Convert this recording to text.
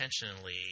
intentionally